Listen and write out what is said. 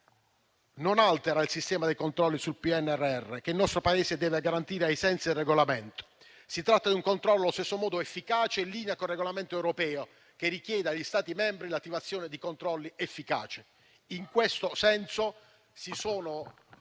non altera il sistema dei controlli sul PNRR che il nostro Paese deve garantire ai sensi del regolamento. Si tratta di un controllo allo stesso modo efficace ed in linea con il regolamento europeo che richiede agli Stati membri l'attivazione di controlli efficaci. In questo senso ci sono